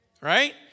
right